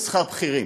שכר בכירים.